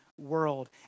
world